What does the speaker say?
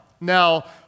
Now